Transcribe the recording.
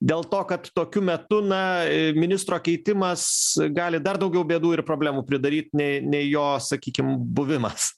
dėl to kad tokiu metu na ministro keitimas gali dar daugiau bėdų ir problemų pridaryt nei nei jo sakykim buvimas